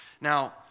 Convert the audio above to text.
Now